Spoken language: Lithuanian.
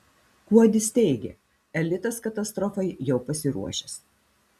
kuodis teigia elitas katastrofai jau pasiruošęs